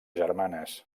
germanes